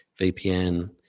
vpn